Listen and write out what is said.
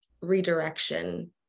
redirection